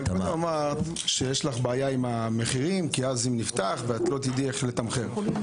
אמרת שיש לך בעיה עם המחירים כי אז זה נפתח ולא תדעי איך לתמחר.